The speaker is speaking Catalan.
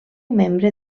membre